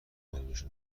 ببریمش